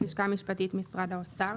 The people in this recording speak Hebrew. אני מן הלשכה המשפטית במשרד האוצר.